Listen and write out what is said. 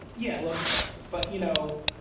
yeah, it looks better. but you know,